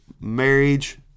marriage